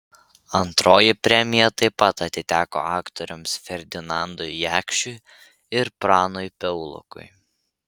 antroji premija taip pat atiteko aktoriams ferdinandui jakšiui ir pranui piaulokui